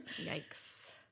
Yikes